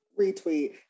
retweet